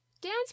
dance